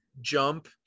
jump